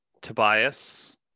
Tobias